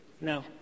No